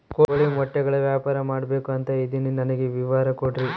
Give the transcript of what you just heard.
ಕೋಳಿ ಮೊಟ್ಟೆಗಳ ವ್ಯಾಪಾರ ಮಾಡ್ಬೇಕು ಅಂತ ಇದಿನಿ ನನಗೆ ವಿವರ ಕೊಡ್ರಿ?